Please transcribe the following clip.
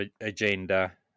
agenda